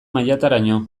mailataraino